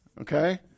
okay